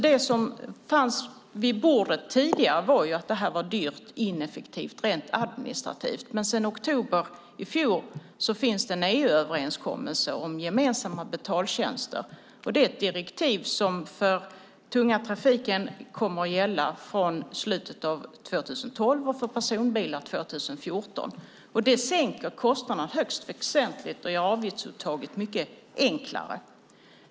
Det som fanns på bordet tidigare var att det var dyrt och ineffektivt rent administrativt. Men sedan oktober i fjol finns en EU-överenskommelse om gemensamma betaltjänster. Det är ett direktiv som kommer att gälla för den tunga trafiken från slutet av 2012 och för personbilar från 2014. Det sänker kostnaderna högst väsentligt och gör avgiftsuttaget mycket enklare.